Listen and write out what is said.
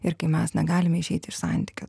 ir kai mes negalime išeiti iš santykio